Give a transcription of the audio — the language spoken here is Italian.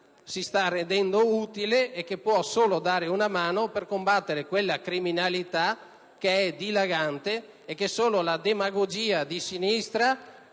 si sta rendendo utile e che può solo dare una mano per combattere la criminalità dilagante. Purtroppo la demagogia di sinistra,